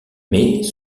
mais